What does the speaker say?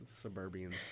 Suburbians